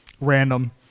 Random